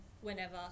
whenever